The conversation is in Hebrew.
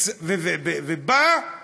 ובאה